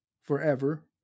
forever